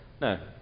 No